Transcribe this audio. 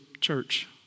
church